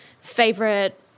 favorite